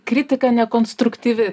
kritika nekonstruktyvi